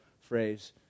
phrase